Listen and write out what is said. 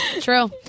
true